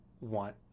want